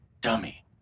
Dummy